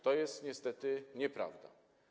To jest niestety nieprawda.